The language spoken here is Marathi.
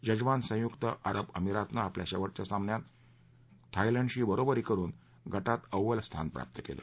यजमान संयुक्त अरब अमिरातनं आपल्या शेवटच्या सामन्यात थायलंडची बरोबरी करुन गटात अव्वल स्थान प्राप्त केलं